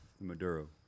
maduro